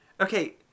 Okay